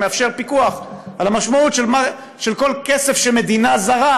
שמאפשר פיקוח על המשמעות של כל כסף שמדינה זרה